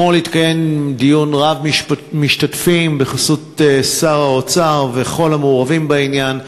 אתמול התקיים דיון רב-משתתפים בחסות שר האוצר וכל המעורבים בעניין.